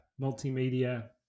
multimedia